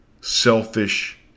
selfish